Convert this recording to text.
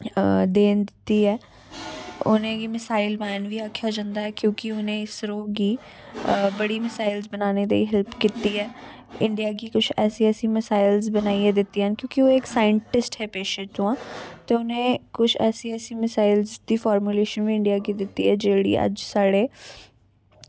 देन दित्ती ऐ उ'नें गी मिसाइल मैन बी आखेआ जंदा ऐ क्योंकि उ'नें ईसरो गी बड़ी मिसाइल्स बनाने दी हैल्प कीती ऐ इंडिया गी किश ऐसी ऐसी मिसाइल्स बनाइयै दित्तियां न क्योंकि ओह् इक साइंटिस्ट हे पेशे तोआं ते उ'नें किश ऐसी ऐसी मिसाइल्स दी फार्मूलेशन इंडिया गी दित्ती ऐ जेह्ड़ी अज्ज साढ़े